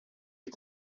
ich